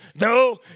no